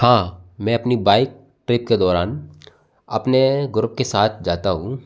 हाँ मैं अपनी बाइक ट्रिप के दौरान अपने ग्रुप के साथ जाता हूँ